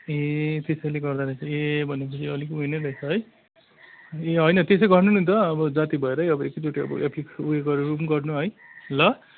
ए त्यसैले गर्दा रहेछ ए भनेपछि अलिक उयो नै रहेछ है ए होइन त्यसै गर्नु नि त अब जाती भएरै एकैचोटि अब एपिक्स उयो गरौँ गर्नु है ल